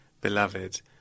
beloved